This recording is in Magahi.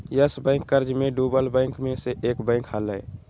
यस बैंक कर्ज मे डूबल बैंक मे से एक बैंक हलय